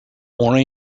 more